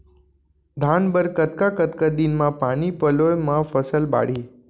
धान बर कतका कतका दिन म पानी पलोय म फसल बाड़ही?